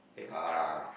ah